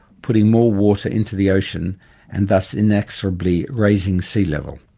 putting more water into the ocean and thus inexorably raising sea level.